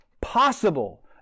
possible